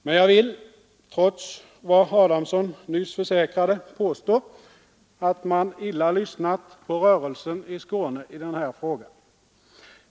Men jag vill, trots det herr Adamsson nu försäkrade, påstå att man illa lyssnat på rörelsen i Skåne i den här frågan.